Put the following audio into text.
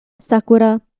Sakura